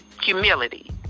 humility